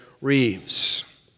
Reeves